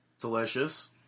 Delicious